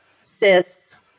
cis